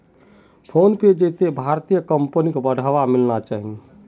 PhonePe जैसे भारतीय कंपनिक बढ़ावा मिलना चाहिए